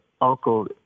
uncle